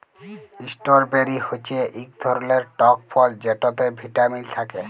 strawberry হচ্যে ইক ধরলের টক ফল যেটতে ভিটামিল থ্যাকে